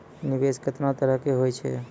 निवेश केतना तरह के होय छै?